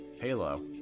Halo